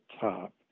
top